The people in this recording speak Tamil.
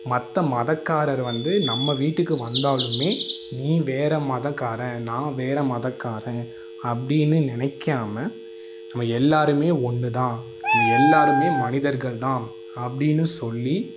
மற்ற மதக்காரர் வந்து நம்ம வீட்டுக்கு வந்தாலும் நீ வேறு மதக்காரன் நான் வேறு மதக்காரன் அப்படின்னு நினைக்காம நம்ம எல்லோருமே ஒன்று தான் நம்ம எல்லாருமே மனிதர்கள் தான் அப்படின்னு சொல்லி